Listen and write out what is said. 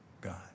God